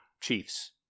Chiefs